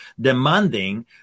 demanding